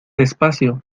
despacio